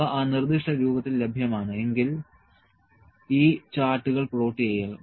അവ ആ നിർദ്ദിഷ്ട രൂപത്തിൽ ലഭ്യമാണ് എങ്കിൽ ഈ ചാർട്ടുകൾ പ്ലോട്ട് ചെയ്യുക